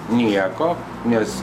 nieko nes